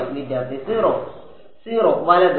0 വലത്